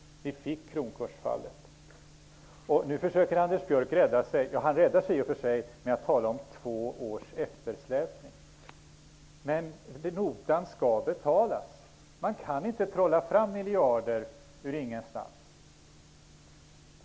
Vi fick kronkursfallet. Nu räddar sig Anders Björck med att tala om två års eftersläpning. Men notan skall betalas. Man kan inte trolla fram miljarder ur ingenstans.